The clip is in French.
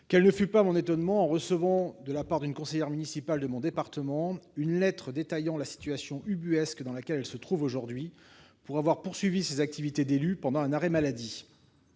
monsieur le ministre, en recevant, de la part d'une conseillère municipale de mon département, une lettre détaillant la situation ubuesque dans laquelle elle se trouve aujourd'hui, pour avoir poursuivi ses activités d'élue pendant un arrêt maladie.